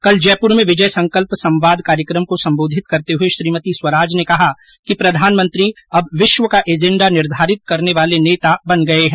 कल जयपुर में विजय संकल्प संवाद कार्यक्रम को संबोधित करते हुए श्रीमती स्वराज ने कहा कि प्रधानमंत्री अब विश्व का एजेंडा निर्धारित करने वाले नेता बन गए हैं